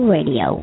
Radio